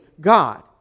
God